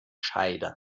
scheide